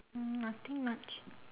hmm nothing much